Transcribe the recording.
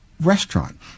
restaurant